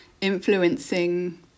influencing